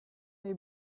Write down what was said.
est